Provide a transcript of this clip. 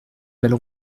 belle